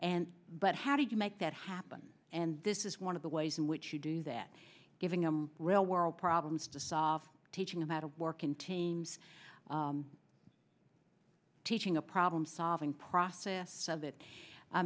and but how do you make that happen and this is one of the ways in which you do that giving a real world problems to solve teaching them how to work in teams teaching a problem solving process so that i